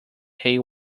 hay